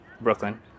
brooklyn